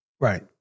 Right